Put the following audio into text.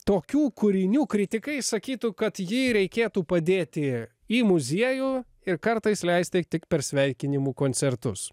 tokių kūrinių kritikai sakytų kad jį reikėtų padėti į muziejų ir kartais leisti tik per sveikinimų koncertus